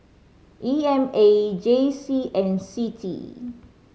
E M A J C and C T E